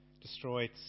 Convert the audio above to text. destroyed